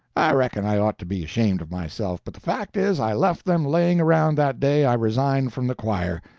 i reckon i ought to be ashamed of myself, but the fact is i left them laying around that day i resigned from the choir.